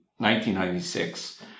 1996